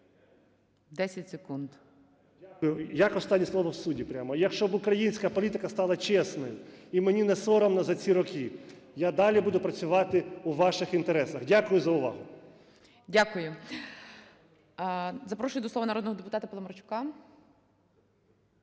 Дякую. Як останнє слово в суді прямо. Якщо б українська політика стала чесною. І мені не соромно за ці роки, я далі буду працювати у ваших інтересах. Дякую за увагу. ГОЛОВУЮЧИЙ. Дякую. Запрошую до слова народного депутата Паламарчука.